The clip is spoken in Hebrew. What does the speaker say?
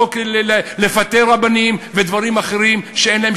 חוק לפטר רבנים ודברים אחרים שאין להם